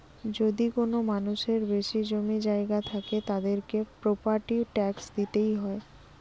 যদি কোনো মানুষের বেশি জমি জায়গা থাকে, তাদেরকে প্রপার্টি ট্যাক্স দিইতে হয়